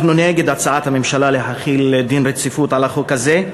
אנחנו נגד הצעת הממשלה להחיל דין רציפות על החוק הזה,